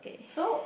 so